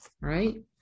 right